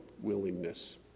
willingness